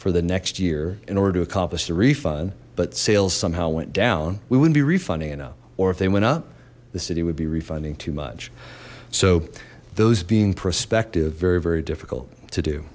for the next year in order to accomplish the refund but sales somehow went down we wouldn't be refunding enough or if they went up the city would be refunding too much so those being prospective very very difficult to do